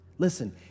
Listen